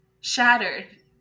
Shattered